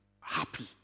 happy